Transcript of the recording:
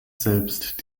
selbst